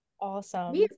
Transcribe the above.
awesome